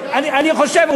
אני חושב,